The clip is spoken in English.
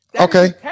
Okay